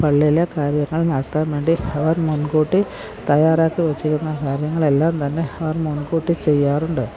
പള്ളിയിലെ കാര്യങ്ങൾ നടത്താൻവേണ്ടി അവർ മുൻകൂട്ടി തയ്യാറാക്കി വെച്ചിരിന്ന കാര്യങ്ങൾ എല്ലാം തന്നെ അവർ മുൻകൂട്ടി ചെയ്യാറുണ്ട്